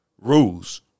rules